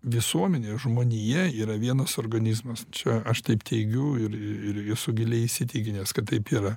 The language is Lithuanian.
visuomenė žmonija yra vienas organizmas čia aš taip teigiu ir esu giliai įsitikinęs kad taip yra